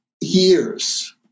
years